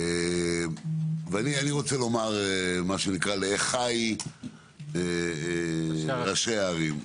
אני רוצה לומר לאחיי ראשי הערים.